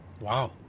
Wow